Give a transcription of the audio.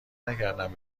نکردم